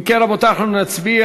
אם כן, רבותי, אנחנו נצביע.